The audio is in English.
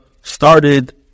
started